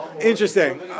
Interesting